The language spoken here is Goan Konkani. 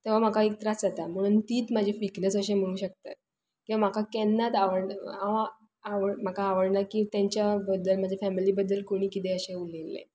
तो म्हाका एक त्रास जाता म्हुणून तीच म्हजी विकनस अशें म्हणू शकता किया म्हाका केन्नात आवडण् आव आवड म्हाका आवडना की तांच्या बद्दल म्हज्या फॅमिली बद्दल कोणीय किदें अशें उलयल्लें